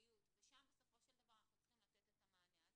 המקצועיות ושם בסופו של דבר אנחנו צריכים לתת את המענה.